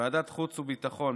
בוועדת החוץ והביטחון,